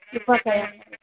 ꯂꯨꯄꯥ ꯀꯌꯥ